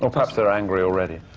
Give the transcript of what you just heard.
so perhaps they were angry already.